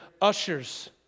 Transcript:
ushers